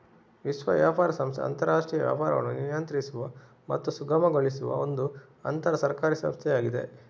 ವಿಶ್ವ ವ್ಯಾಪಾರ ಸಂಸ್ಥೆ ಅಂತರಾಷ್ಟ್ರೀಯ ವ್ಯಾಪಾರವನ್ನು ನಿಯಂತ್ರಿಸುವ ಮತ್ತು ಸುಗಮಗೊಳಿಸುವ ಒಂದು ಅಂತರ ಸರ್ಕಾರಿ ಸಂಸ್ಥೆಯಾಗಿದೆ